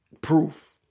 proof